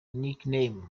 nicknames